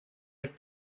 mit